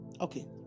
Okay